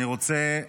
אני רוצה לפרגן,